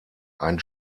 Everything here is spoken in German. ein